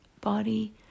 body